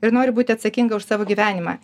ir noriu būti atsakinga už savo gyvenimą